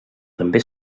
també